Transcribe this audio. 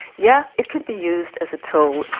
yeah it could be used as a tool.